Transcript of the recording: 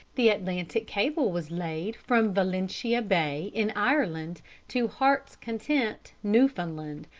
the atlantic cable was laid from valentia bay in ireland to heart's content, newfoundland,